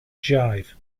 jive